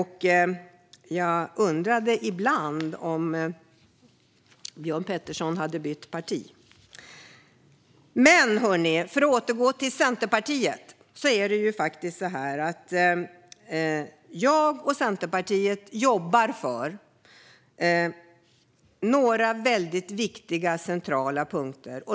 Jag undrade ibland när jag lyssnade om Björn Petersson hade bytt parti. Men för att återgå till Centerpartiet är det faktiskt så att jag och Centerpartiet jobbar för några väldigt viktiga och centrala punkter.